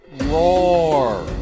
Roar